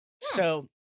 So-